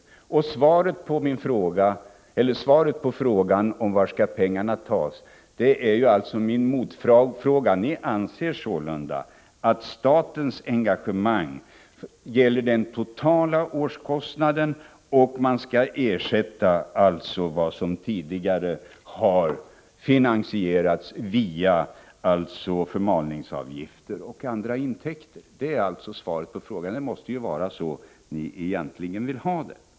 Svaret på er fråga var pengarna skall tas är min motfråga. Anser ni sålunda att statens engagemang gäller den totala årskostnaden och att man skall ersätta vad som tidigare har finansierats via förmalningsavgifter och andra intäkter? Det är svaret på er fråga. Det måste vara så ni egentligen vill ha det.